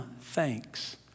thanks